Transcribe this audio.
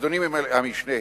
אדוני המשנה,